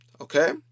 okay